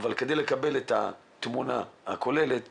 אבל כדי לקבל את התמונה הכוללת